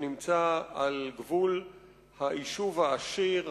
שנמצא על גבול היישוב העשיר,